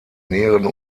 näheren